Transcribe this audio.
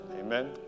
amen